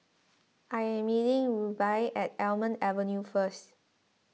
I am meeting Rubye at Almond Avenue first